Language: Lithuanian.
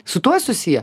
su tuo susiję